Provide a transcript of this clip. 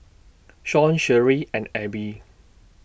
Shawn Sherree and Abby